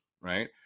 right